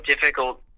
difficult